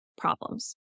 problems